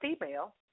female